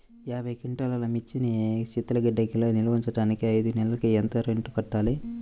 యాభై క్వింటాల్లు మిర్చి శీతల గిడ్డంగిలో నిల్వ ఉంచటానికి ఐదు నెలలకి ఎంత రెంట్ కట్టాలి?